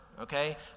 okay